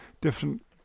different